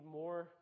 more